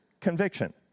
conviction